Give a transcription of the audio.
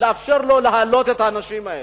לשר הפנים להעלות את האנשים האלה.